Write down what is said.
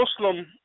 Muslim